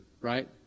right